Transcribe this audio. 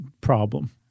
problem